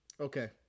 Okay